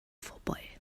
vorbei